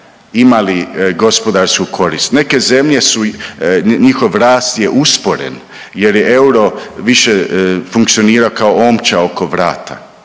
imali gospodarsku korist. Neke zemlja su, njihov rast je usporen jer euro više funkcionira kao omča oko vrata,